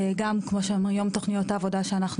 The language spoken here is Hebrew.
גם כמו שהיום תוכניות העבודה שאנחנו